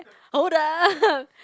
hold up